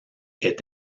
est